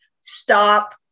stop